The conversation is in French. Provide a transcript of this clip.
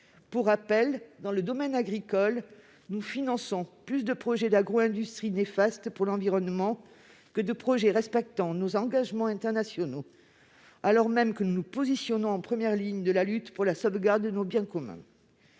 cohérence. Dans le domaine agricole, nous finançons plus de projets d'agro-industrie néfastes pour l'environnement que de projets respectant nos engagements internationaux, alors que nous nous positionnons en première ligne de la lutte pour la sauvegarde de nos biens communs.